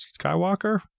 Skywalker